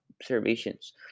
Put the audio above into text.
observations